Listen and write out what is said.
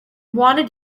wanted